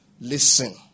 Listen